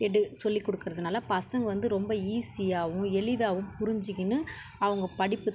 எடு சொல்லிக் கொடுக்கறதுனால பசங்க வந்து ரொம்ப ஈஸியாகவும் எளிதாவும் புரிஞ்சுக்கின்னு அவங்க படிப்புத்